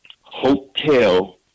Hotel